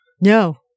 No